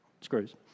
screws